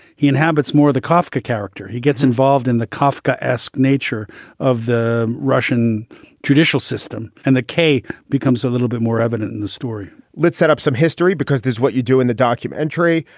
he inhabits more the kafka character. he gets involved in the kafka esque nature of the russian judicial system and the k becomes a little bit more evident in the story let's set up some history because there's what you do in the documentary.